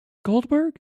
goldberg